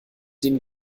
den